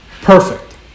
perfect